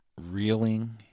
reeling